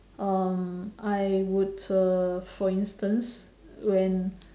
um I would uh for instance when